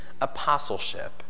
apostleship